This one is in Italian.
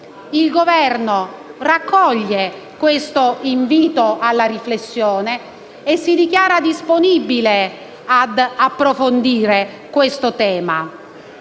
Il Governo raccoglie questo invito alla riflessione e si dichiara disponibile ad approfondire questo tema.